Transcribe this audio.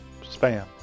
Spam